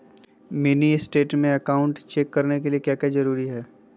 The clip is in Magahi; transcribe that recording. मिनी स्टेट में अकाउंट चेक करने के लिए क्या क्या जरूरी है?